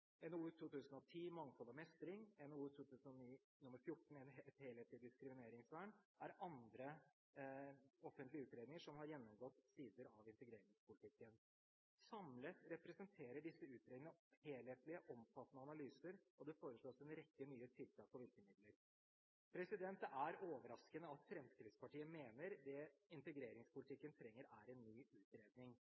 Mangfold og mestring og NOU 2009:14 Et helhetlig diskrimineringsvern er andre offentlige utredninger som har gjennomgått sider ved integreringspolitikken. Samlet representerer disse utredningene helhetlige og omfattende analyser, og det foreslås en rekke nye tiltak og virkemidler. Det er overraskende at Fremskrittspartiet mener at det